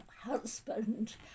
husband